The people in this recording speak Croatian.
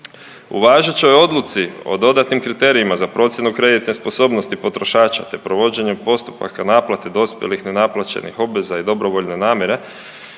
U važećoj odluci o dodatnim kriterijima za procjenu kreditne sposobnosti potrošača te provođenjem postupaka naplate dospjelih, nenaplaćenih obveza i dobrovoljne namjere